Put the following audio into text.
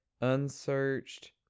unsearched